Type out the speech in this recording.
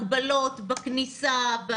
הגבלות בכניסה.